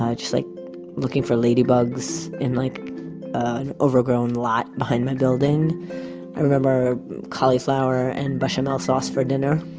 ah just like looking for ladybugs in like an overgrown lot behind my building i remember cauliflower and bechamel but um ah sauce for dinner,